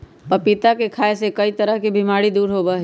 पपीता के खाय से कई तरह के बीमारी दूर होबा हई